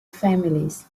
families